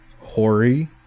hori